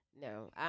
No